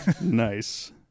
Nice